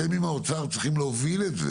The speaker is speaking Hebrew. אתם עם האוצר צריכים להוביל את זה,